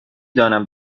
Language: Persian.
دانم